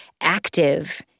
active